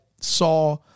saw